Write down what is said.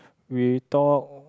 we talk